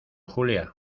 julia